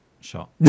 shot